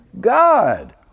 God